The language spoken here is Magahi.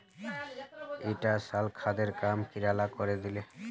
ईटा साल खादेर काम कीड़ा ला करे दिले